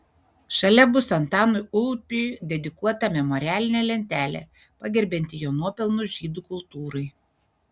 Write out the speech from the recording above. šalia bus antanui ulpiui dedikuota memorialinė lentelė pagerbianti jo nuopelnus žydų kultūrai